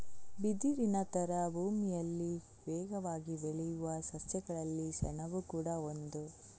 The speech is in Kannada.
ಬಿದಿರಿನ ತರ ಭೂಮಿಯಲ್ಲಿ ವೇಗವಾಗಿ ಬೆಳೆಯುವ ಸಸ್ಯಗಳಲ್ಲಿ ಸೆಣಬು ಕೂಡಾ ಒಂದು